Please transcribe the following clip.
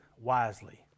wisely